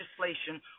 legislation